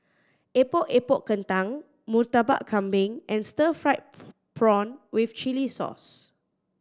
Epok Epok Kentang Murtabak Kambing and stir fried prawn with chili sauce